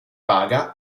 paga